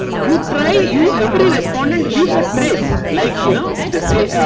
you try you every respondent leaves a trace like you know they say